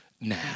now